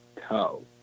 Toe